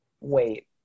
wait